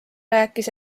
rääkis